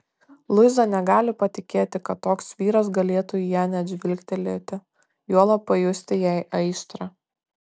luiza negali patikėti kad toks vyras galėtų į ją net žvilgtelėti juolab pajusti jai aistrą